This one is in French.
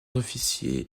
officiers